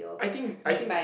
I think I think